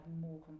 more